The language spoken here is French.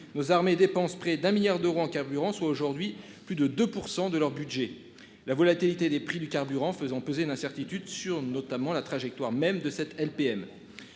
nos armées dépense près d'un milliard d'euros en carburant soit aujourd'hui plus de 2% de leur budget. La volatilité des prix du carburant, faisant peser une incertitude sur notamment la trajectoire même de cette LPM.